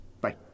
Bye